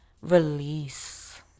release